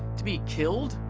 to be killed?